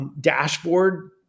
dashboard